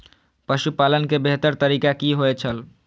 पशुपालन के बेहतर तरीका की होय छल?